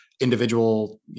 individual